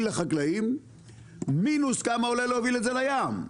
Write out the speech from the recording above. לחקלאים מינוס כמה עולה להוביל את זה לים,